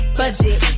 budget